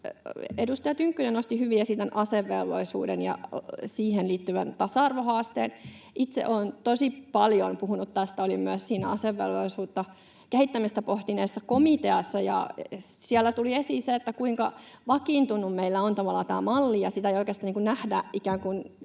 Edustaja Tynkkynen nosti hyvin esiin tämän asevelvollisuuden ja siihen liittyvän tasa-arvohaasteen. Itse olen tosi paljon puhunut tästä. Olin myös siinä asevelvollisuuden kehittämistä pohtineessa komiteassa, ja siellä tuli esiin se, kuinka vakiintunut meillä on tavallaan tämä malli, ja sitä ei oikeasti nähdä